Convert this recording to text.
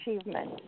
achievement